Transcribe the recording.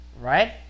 right